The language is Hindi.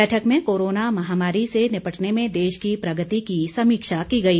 बैठक में कोरोना महामारी से निपटने में देश की प्रगति की समीक्षा की गई